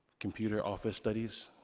computer office studies